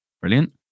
brilliant